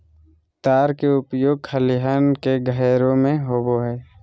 तार के उपयोग खलिहान के घेरे में होबो हइ